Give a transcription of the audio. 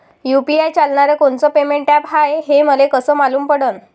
UPI चालणारं कोनचं payment app हाय, हे मले कस मालूम पडन?